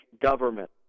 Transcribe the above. government